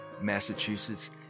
Massachusetts